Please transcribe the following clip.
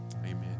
Amen